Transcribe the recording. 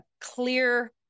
clear